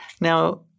Now